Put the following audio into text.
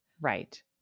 Right